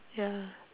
ya